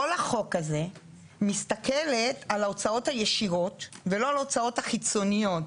כל החוק הזה מסתכל על הוצאות ישירות ולא על ההוצאות החיצוניות.